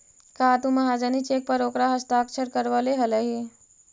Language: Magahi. का तु महाजनी चेक पर ओकर हस्ताक्षर करवले हलहि